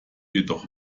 jedoch